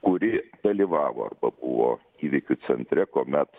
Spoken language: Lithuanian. kuri dalyvavo arba buvo įvykių centre kuomet